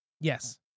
Yes